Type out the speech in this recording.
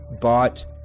bought